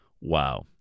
Wow